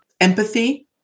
empathy